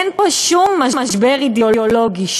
אין פה שום משבר אידיאולוגי,